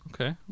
Okay